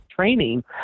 training